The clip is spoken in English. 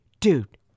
Dude